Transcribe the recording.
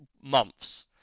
months